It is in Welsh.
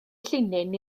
llinyn